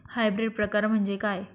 Hybrid प्रकार म्हणजे काय?